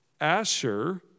Asher